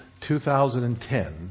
2010